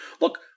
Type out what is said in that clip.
look